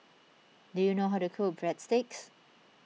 do you know how to cook Breadsticks